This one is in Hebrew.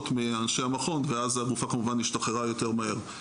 מאנשי המכון ואז הגופה כמובן השתחררה יותר מהר.